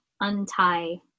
untie